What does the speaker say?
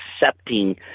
accepting